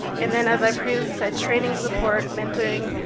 and then, as i previously said, training, support, mentoring